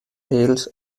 tales